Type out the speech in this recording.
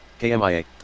KMIA